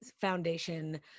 Foundation